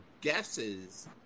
guesses